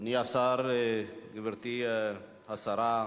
אדוני השר, גברתי השרה,